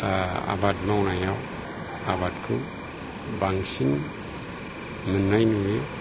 आबाद मावनायाव आबादखौ बांसिन मोन्नाय नुयो